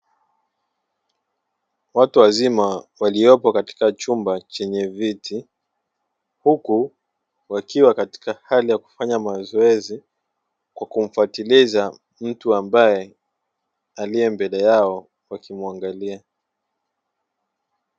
Watu wazima waliopo katika chumba chenye viti, huku wakiwa katika hali ya kufanya mazoezi kwa kumfuatiliza mtu ambaye aliye mbele yao wakimuangalia.